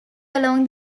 along